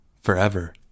forever